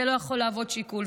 זה לא יכול להוות שיקול,